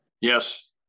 Yes